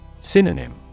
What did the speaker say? Synonym